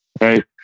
right